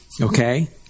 okay